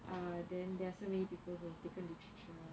ah then there are so many people who had taken literature